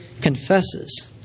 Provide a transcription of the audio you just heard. confesses